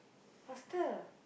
faster